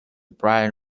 brian